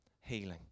healing